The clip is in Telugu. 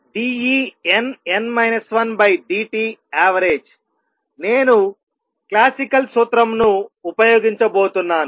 dEnn 1dtavgనేను క్లాసికల్ సూత్రం ను ఉపయోగించబోతున్నాను